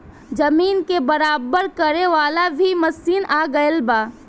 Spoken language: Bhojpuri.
जमीन के बराबर करे वाला भी मशीन आ गएल बा